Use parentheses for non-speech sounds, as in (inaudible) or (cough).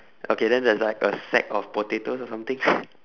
okay then there's like a sack of potatoes or something (laughs)